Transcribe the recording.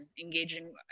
engaging